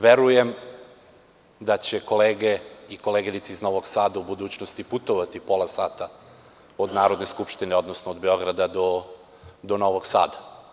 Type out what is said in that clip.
Verujem da će kolege i koleginice iz Novog Sada u budućnosti putovati pola sata od Narodne skupštine, odnosno od Beograda do Novog Sada.